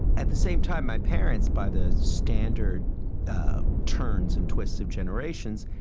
at the same time, my parents, by the standard ah turns and twists of generations,